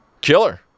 Killer